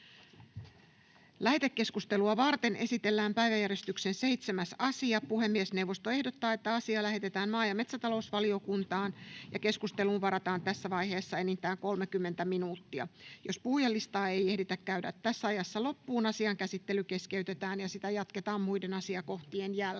Lähetekeskustelua varten esitellään päiväjärjestyksen 9. asia. Puhemiesneuvosto ehdottaa, että asia lähetetään maa- ja metsätalousvaliokuntaan. Keskusteluun varataan tässä vaiheessa enintään 30 minuuttia. Jos puhujalistaa ei ehditä käydä loppuun, asian käsittely keskeytetään ja sitä jatketaan muiden asiakohtien jälkeen.